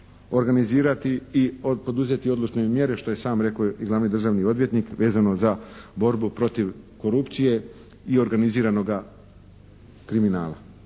organizirati i poduzeti odlučne mjere što je sam rekao i državni odvjetnik vezano za borbu protiv korupcije i organiziranoga kriminala.